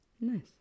nice